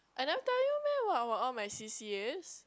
I never tell you meh about all my c_c_as